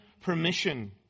permission